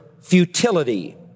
futility